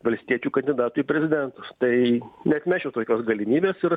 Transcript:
valstiečių kandidatu į prezidentus tai neatmesčiau tokios galimybės ir